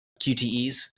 QTEs